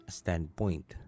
standpoint